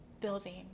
building